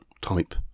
type